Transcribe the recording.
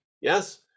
Yes